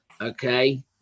Okay